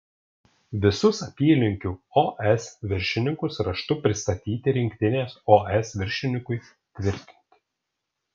visus apylinkių os viršininkus raštu pristatyti rinktinės os viršininkui tvirtinti